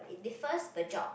differs the job